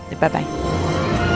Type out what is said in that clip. Bye-bye